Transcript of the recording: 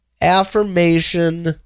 affirmation